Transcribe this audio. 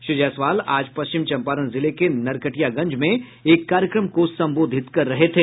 श्री जायसवाल आज पश्चिम चंपारण जिले के नरकटियागंज में एक कार्यक्रम को संबोधित कर रहे थे